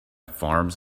farms